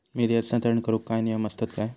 निधी हस्तांतरण करूक काय नियम असतत काय?